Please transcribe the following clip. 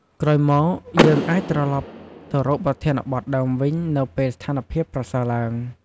ក្រោយមក យើងអាចត្រឡប់ទៅរកប្រធានបទដើមវិញនៅពេលស្ថានភាពប្រសើរឡើង។